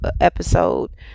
episode